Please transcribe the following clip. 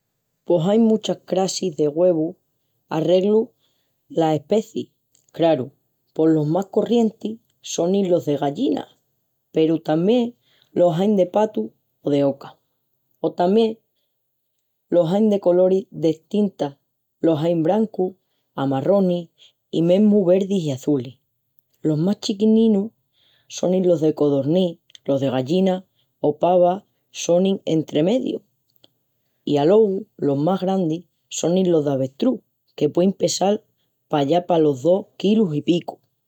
Pos ain muchas crassis de güevus arreglu la aspeci. Craru, pos los más corrientis sonin los de gallina peru tamién los ain de patu o d'oca. O tamién los ain de coloris destintas; los ain brancus, amarronis i mesmu verdis i azulis. Los más chiquinus sonin los de codornís, los de gallina o pava sonin entremedius i alogu los más grandis sonin los d'avetrús que puein pesal pallá palos dos kilus i picu.